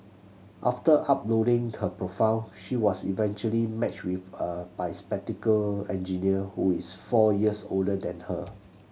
after uploading her profile she was eventually matched with a bespectacled engineer who is four years older than her